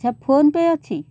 ଆଚ୍ଛା PhonePe ଅଛି